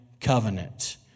covenant